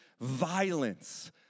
violence